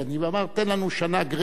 ואמר: תן לנו שנה "גרייס".